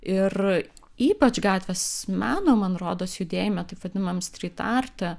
ir ypač gatvės meno man rodos judėjime taip vadinamam stryt arte